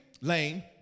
lame